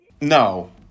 No